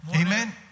Amen